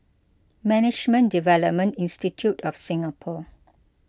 Management Development Institute of Singapore